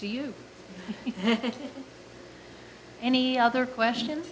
to you any other questions